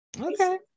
Okay